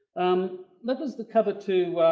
um that was the cover to.